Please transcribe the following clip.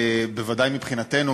בוודאי מבחינתנו,